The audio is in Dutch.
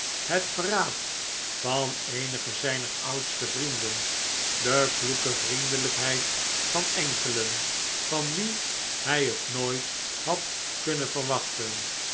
het verraad van eenige zijner oudste vrienden de kloeke vriendelijkheid van enkelen van wie hij die nooit had kunnen verwachten